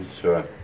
Sure